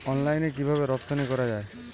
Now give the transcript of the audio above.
অনলাইনে কিভাবে রপ্তানি করা যায়?